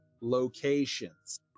Locations